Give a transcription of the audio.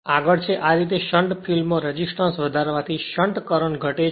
આગળ છે આ રીતે શંટ ફિલ્ડ માં રેસિસ્ટન્સ વધારવાથી શંટ કરંટ ઘટે છે